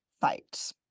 fight